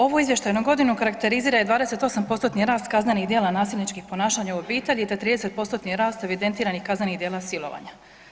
Ovu izvještajnu godinu karakterizira i 28%-tni rast kaznenih dijela nasilničkih ponašanja u obitelji, te 30%-tni rast evidentiranih kaznenih dijela silovanja.